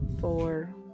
four